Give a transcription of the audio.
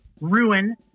ruin